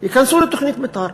ייכנסו לתוכנית מתאר.